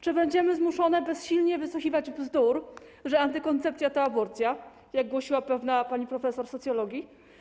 Czy będziemy zmuszone bezsilnie wysłuchiwać bzdur, że antykoncepcja to aborcja, jak głosiła pewna pani profesor socjologii?